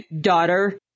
daughter